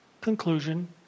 conclusion